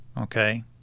Okay